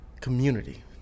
community